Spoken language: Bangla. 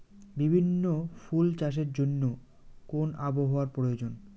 বিভিন্ন ফুল চাষের জন্য কোন আবহাওয়ার প্রয়োজন?